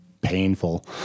painful